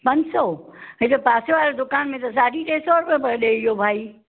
पंज सौ हेॾे पासे वारे दुकान में त साढी टे सौ रुपए पियो ॾे इहो भाई